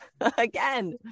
Again